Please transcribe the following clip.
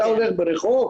אתה הולך ברחוב,